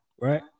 right